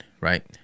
right